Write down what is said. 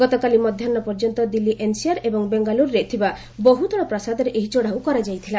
ଗତକାଲି ମଧ୍ୟାହୁ ପର୍ଯ୍ୟନ୍ତ ଦିଲ୍ଲୀ ଏନ୍ସିଆର୍ ଏବଂ ବେଙ୍ଗାଲ୍ରୁରେ ଥିବା ବହୁତଳ ପ୍ରାସାଦରେ ଏହି ଚଢ଼ଉ କରାଯାଇଥିଲା